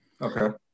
Okay